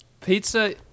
pizza